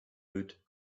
hood